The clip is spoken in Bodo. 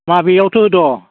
माबियावथो दं